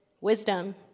wisdom